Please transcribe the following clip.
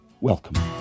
Welcome